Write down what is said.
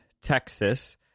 Texas